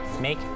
make